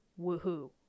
Woohoo